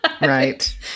Right